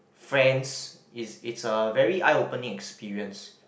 friends is it's a very eye opening experience